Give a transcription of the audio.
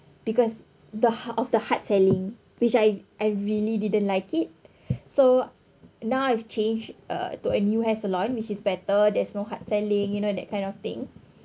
because the of the hard selling which I I really didn't like it so now I've changed uh to a new hair salon which is better there's no hard selling you know that kind of thing